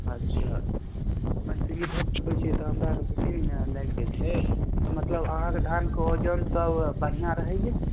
अच्छा हम आर श्री भट रोपै छियै तऽ हमरा आरके दू तीन महीना लागि जाइ छै एकर मतलब आहाँके धान के वजन सब बढ़िऑं रहैया